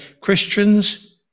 Christians